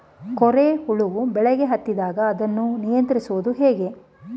ಕೋರೆ ಹುಳು ಬೆಳೆಗೆ ಹತ್ತಿದಾಗ ಅದನ್ನು ನಿಯಂತ್ರಿಸುವುದು ಹೇಗೆ?